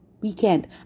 weekend